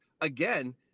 again